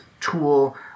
tool